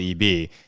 eb